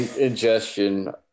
ingestion